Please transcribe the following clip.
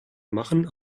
machen